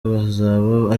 bazaba